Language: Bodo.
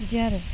बिदि आरो